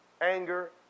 anger